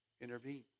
intervene